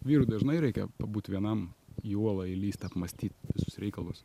vyrui dažnai reikia pabūt vienam į uolą įlįst apmąstyt visus reikalus